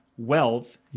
Wealth